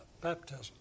baptism